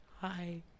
hi